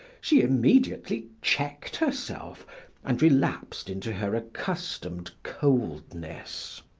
she immediately checked herself and relapsed into her accustomed coldness.